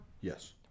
Yes